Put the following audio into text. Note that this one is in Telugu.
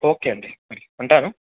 ఓకే అండి మరి ఉంటాను